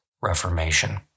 Reformation